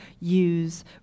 use